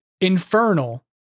infernal